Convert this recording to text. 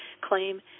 claim